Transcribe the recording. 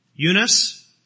Eunice